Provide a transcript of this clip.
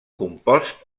compost